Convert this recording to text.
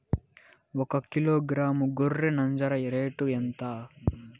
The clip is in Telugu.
ఒకకిలో గ్రాము గొర్రె నంజర రేటు ఎంత?